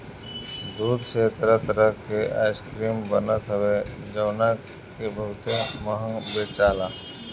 दूध से तरह तरह के आइसक्रीम बनत हवे जवना के बहुते महंग बेचाला